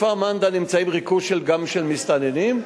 בכפר-מנדא נמצא ריכוז גם של מסתננים,